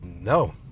no